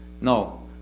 No